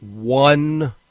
one